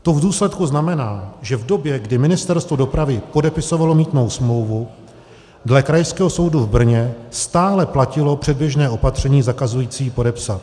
To v důsledku znamená, že v době, kdy Ministerstvo dopravy podepisovalo mýtnou smlouvu, dle Krajského soudu v Brně stále platilo předběžné opatření zakazující podepsat.